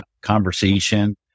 conversation